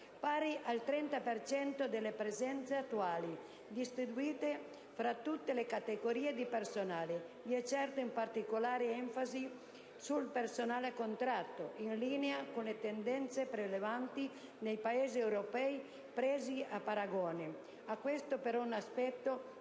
per cento delle presenze attuali, distribuite fra tutte le categorie di personale. Vi è certo una particolare enfasi sul personale a contratto, in linea con le tendenze prevalenti nei Paesi europei presi a paragone: questo, però, è un aspetto che